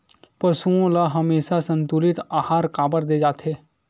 पशुओं ल हमेशा संतुलित आहार काबर दे जाथे?